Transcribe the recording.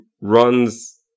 runs